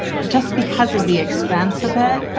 just because of the expense of it